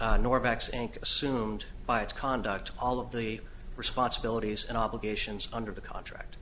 and assumed by its conduct all of the responsibilities and obligations under the contract